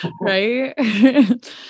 Right